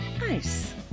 Nice